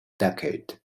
decade